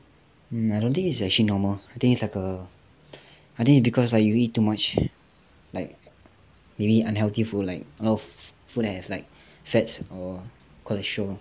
mm I don't think it's actually normal I think it's like a I think it's because right you eat too much like maybe unhealthy food like a lot of food that have like fats or cholestrol